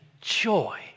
joy